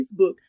Facebook